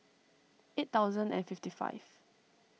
eight thousand and fifty five